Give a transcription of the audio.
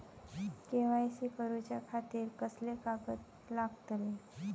KYC करूच्या खातिर कसले कागद लागतले?